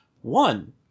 One